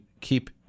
keep